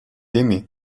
aimé